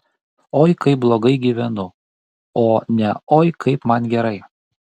oi kaip blogai gyvenu o ne oi kaip man gerai